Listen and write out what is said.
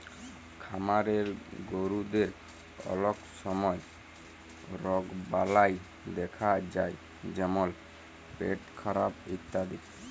খামারের গরুদের অলক সময় রগবালাই দ্যাখা যায় যেমল পেটখারাপ ইত্যাদি